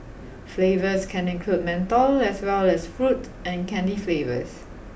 flavours can include menthol as well as fruit and candy flavours